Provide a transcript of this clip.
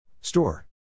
Store